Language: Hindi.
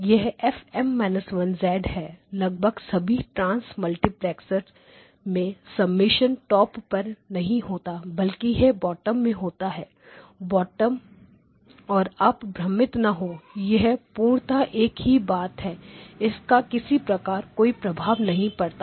यह FM−1 है लगभग सभी ट्रांस मल्टीप्लैक्सर में समेषन टॉप पर नहीं होता बल्कि यह बॉटम में होता है बॉटम और आप भ्रमित ना हो यह पूर्णता है एक ही बात है इसका किसी प्रकार कोई प्रभाव नहीं पड़ता